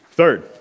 Third